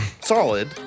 solid